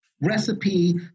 recipe